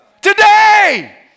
Today